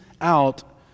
out